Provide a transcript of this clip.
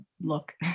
look